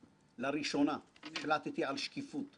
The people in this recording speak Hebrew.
אפילו לא התקרבנו לקצה הפרומיל של מה